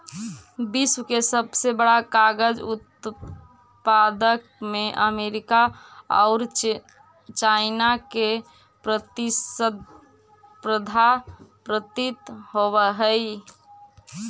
विश्व के सबसे बड़ा कागज उत्पादक में अमेरिका औउर चाइना में प्रतिस्पर्धा प्रतीत होवऽ हई